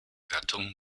gattung